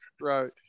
right